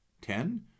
Ten